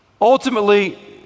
Ultimately